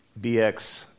BX